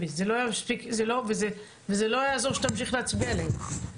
וזה לא יעזור שתמשיך להצביע עליהם.